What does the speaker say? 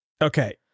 Okay